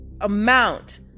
amount